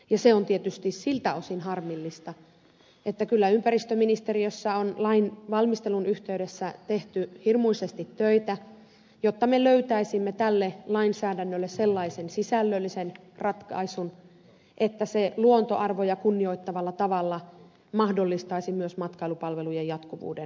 se on tietysti siltä osin harmillista että kyllä ympäristöministeriössä on lain valmistelun yhteydessä tehty hirmuisesti töitä jotta me löytäisimme tälle lainsäädännölle sellaisen sisällöllisen ratkaisun että se luontoarvoja kunnioittavalla tavalla mahdollistaisi myös matkailupalveluiden jatkuvuuden pallaksella